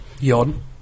Yawn